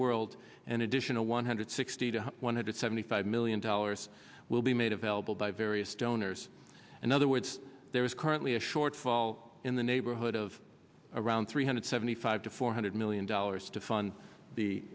world an additional one hundred sixty to one hundred seventy five million dollars will be made available by various donors and other words there is currently a shortfall in the neighborhood of around three hundred seventy five to four hundred million dollars to fund the